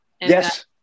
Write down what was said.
Yes